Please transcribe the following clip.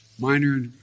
minor